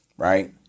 Right